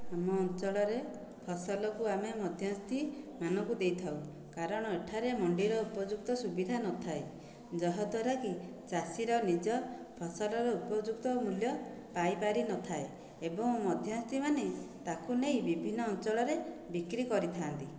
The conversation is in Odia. ଆମ ଅଞ୍ଚଳରେ ଫସଲକୁ ଆମେ ମଧ୍ୟସ୍ଥିମାନଙ୍କୁ ଦେଇଥାଉ କାରଣ ଏଠାରେ ମଣ୍ଡିର ଉପଯୁକ୍ତ ସୁବିଧା ନଥାଏ ଯହଦ୍ୱାରାକି ଚାଷୀର ନିଜ ଫସଲର ଉପଯୁକ୍ତ ମୂଲ୍ୟ ପାଇପାରିନଥାଏ ଏବଂ ମଧ୍ୟସ୍ଥିମାନେ ତାକୁ ନେଇ ବିଭିନ୍ନ ଅଞ୍ଚଳରେ ବିକ୍ରି କରିଥାଆନ୍ତି